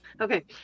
Okay